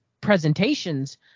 presentations